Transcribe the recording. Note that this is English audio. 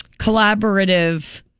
collaborative